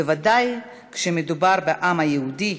בוודאי כשמדובר בעם היהודי,